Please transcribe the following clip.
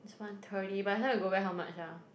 it's one thirty by the time we go back how much ah